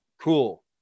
cool